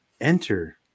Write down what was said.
enter